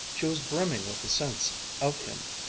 she was brimming with the sense of him.